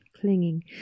clinging